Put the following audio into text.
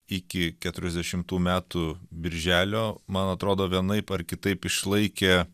iki keturiasdešimų metų birželio man atrodo vienaip ar kitaip išlaikė